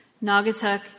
Naugatuck